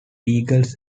eagles